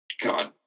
god